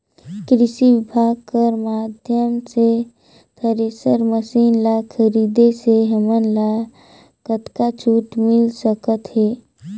कृषि विभाग कर माध्यम से थरेसर मशीन ला खरीदे से हमन ला कतका छूट मिल सकत हे?